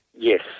Yes